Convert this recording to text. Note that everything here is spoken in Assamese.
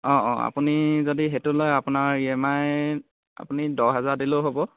অঁ অঁ আপুনি যদি সেইটো লয় আপোনাৰ ই এম আই আপুনি দহ হেজাৰ দিলেও হ'ব